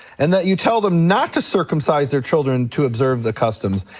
and that you tell them not to circumcise their children to observe the customs.